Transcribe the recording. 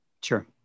Sure